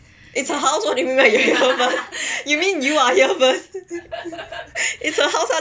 is her house what do you mean by she is here first you mean you are here first is her house [one] you know